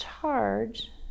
charge